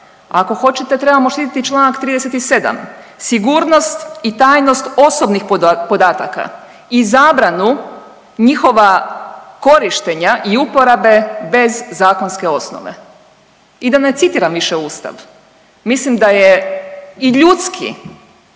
ako hoćete trebamo štititi i čl. 37., sigurnost i tajnost osobnih podataka i zabranu njihova korištenja i uporabe bez zakonske osnove. I da ne citiram više ustav, mislim da je i ljudski